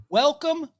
welcome